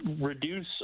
reduce